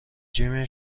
جیم